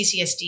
CCSD